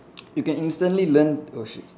you can instantly learn oh shit